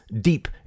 deep